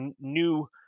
new